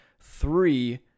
three